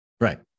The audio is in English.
Right